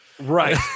Right